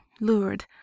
lured